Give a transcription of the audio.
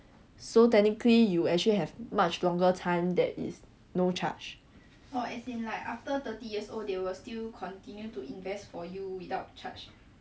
so technically you have much longer time that is no charge